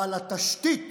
אבל התשתית